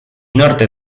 norte